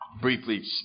briefly